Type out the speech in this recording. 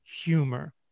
humor